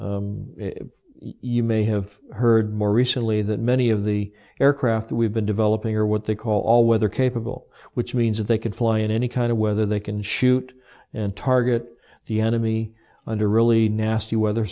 you may have heard more recently that many of the aircraft that we've been developing are what they call all weather capable which means that they can fly in any kind of weather they can shoot and target the enemy under really nasty weather